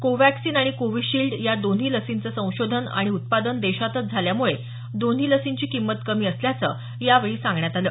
कोव्हॅक्सिन आणि कोव्हिशील्ड या दोन्ही लसींचं संशोधन आणि उत्पादन देशातच झाल्यामुळे दोन्ही लसींची किंमत कमी असल्याचं यावेळी सांगण्यात आलं